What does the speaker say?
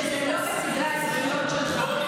האמת היא שזה לא בסדרי העדיפויות שלך.